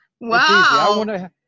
Wow